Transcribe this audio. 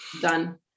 Done